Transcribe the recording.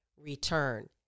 return